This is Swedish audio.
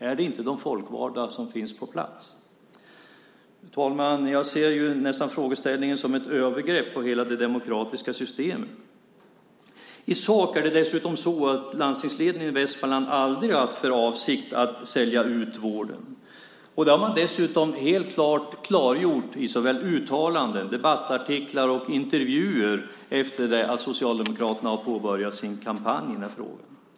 Är det inte de folkvalda som finns på plats? Fru talman! Jag ser frågeställningen nästan som ett övergrepp på hela det demokratiska systemet. I sak är det dessutom så att landstingsledningen i Västmanland aldrig har haft för avsikt att sälja ut vården. Det har man tydligt klargjort i uttalanden, debattartiklar och intervjuer efter det att Socialdemokraterna påbörjat sin kampanj i frågan.